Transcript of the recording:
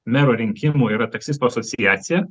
mero rinkimų yra taksistų asociacija